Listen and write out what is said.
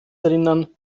erinnern